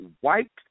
white